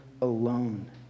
alone